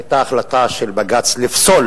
היתה החלטה של בג"ץ לפסול